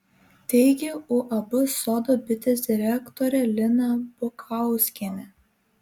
teigia uab sodo bitės direktorė lina bukauskienė